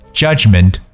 judgment